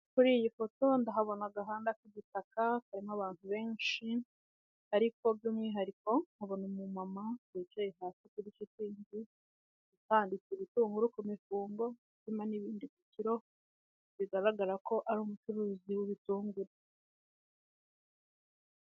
Kuri iyi foto ndahabona agahanda k'igitaka karimo abantu benshi ariko by'umwihariko nkabona umumama wicaye hasi kuri shitingi hanitse ibitunguru ku mifungo harimo n'ibindi ku kiro bigaragara ko ari umucuruzi w'ibitunguru.